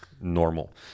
normal